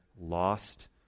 lost